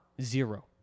Zero